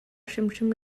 hrimhrim